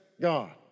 God